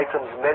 items